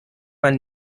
man